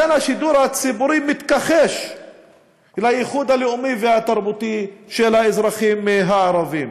השידור הציבורי מתכחש לייחוד הלאומי והתרבותי של האזרחים הערבים,